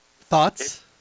Thoughts